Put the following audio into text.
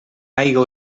aigua